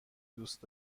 دوست